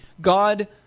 God